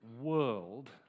world